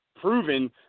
proven